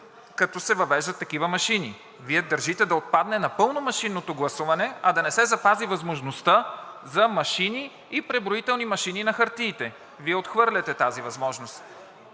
като се въвеждат такива машини? Вие държите да отпадне напълно машинното гласуване, а да не се запази възможността за машини и преброителни машини на хартиите. Вие отхвърляте тази възможност.